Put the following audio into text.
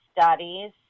studies